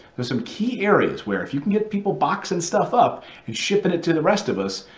there's some key areas where if you can get people boxing stuff up and shipping it to the rest of us,